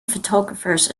photographers